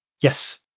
Yes